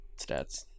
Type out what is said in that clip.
stats